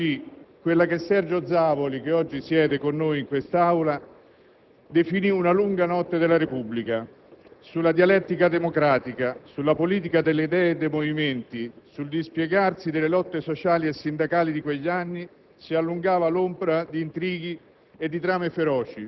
Cominciava così quella che Sergio Zavoli, che oggi siede con noi in quest'Aula, definì una "lunga notte della Repubblica". Sulla dialettica democratica, sulla politica delle idee e dei movimenti, sul dispiegarsi delle lotte sociali e sindacali di quegli anni si allungava l'ombra di intrighi